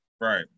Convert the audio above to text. Right